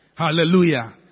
Hallelujah